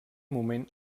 moment